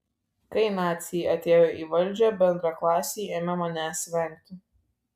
kai naciai atėjo į valdžią bendraklasiai ėmė manęs vengti